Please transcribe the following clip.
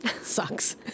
sucks